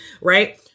Right